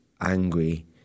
angry